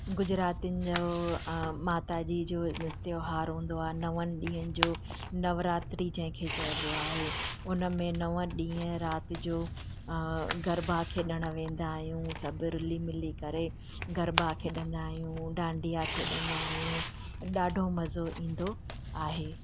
गुजरातियुनि जो माताजी जो त्योहार हूंदो आहे नवं ॾींहंनि जो नवरात्री जंहिं खे चइबो आहे उन में नवं ॾींहं राति जो गरबा खेॾणु वेंदा आहियूं सभु रिली मिली करे गरबा खेॾंदा आहियूं डांडिया खेॾंदा आहियूं ॾाढो मज़ो ईंदो आहे